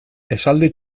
esaldi